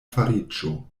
fariĝo